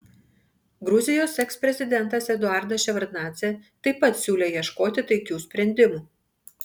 gruzijos eksprezidentas eduardas ševardnadzė taip pat siūlė ieškoti taikių sprendimų